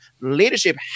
Leadership